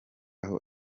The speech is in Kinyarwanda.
aho